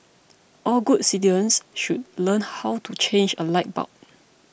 all good citizens should learn how to change a light bulb